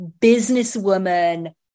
businesswoman